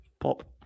Pop